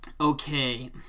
okay